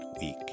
week